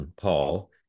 Paul